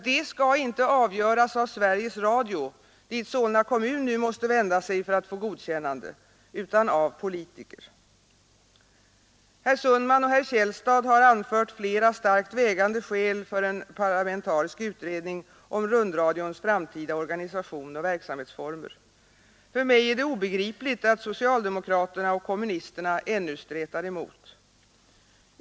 Det skall inte avgöras av Sveriges Radio, dit Solna kommun i dag måste vända sig för att få godkännande, utan av politiker. Herr Sundman och herr Källstad har anfört flera starkt vägande skäl för en parlamentarisk utredning om rundradions framtida organisation och verksamhetsformer. För mig är det obegripligt att socialdemokraterna och kommunisterna ännu stretar emot.